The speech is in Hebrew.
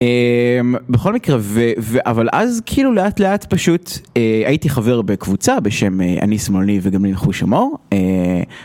בכל מקרה, אבל אז כאילו לאט לאט פשוט הייתי חבר בקבוצה בשם אני שמאלני וגם ננחוש הומור.